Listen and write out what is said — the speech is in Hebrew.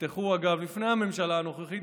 נפתחו אגב לפני הממשלה הנוכחית,